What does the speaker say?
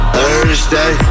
Thursday